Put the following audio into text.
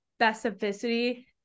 specificity